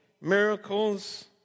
miracles